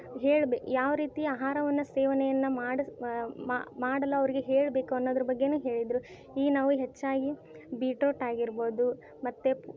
ಹೇಳ್ಬೆ ಯಾವ ರೀತಿ ಆಹಾರವನ್ನ ಸೇವನೆಯನ್ನು ಮಾಡಿಸ ಮಾಡೋಲ್ಲ ಅವರಿಗೆ ಹೇಳಬೇಕು ಅನ್ನೋದ್ರ ಬಗ್ಗೆಯೂ ಹೇಳಿದರು ಈಗ ನಾವು ಹೆಚ್ಚಾಗಿ ಬೀಟ್ರೋಟ್ ಆಗಿರ್ಬೌದು ಮತ್ತು